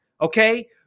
Okay